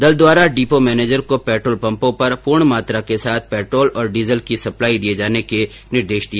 दल द्वारा depot manager को पेट्रोल पंपों पर पूर्ण मात्रा के साथ पेट्रोल और डीजल की सप्लाई दिए जाने के निर्देश दिए